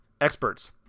experts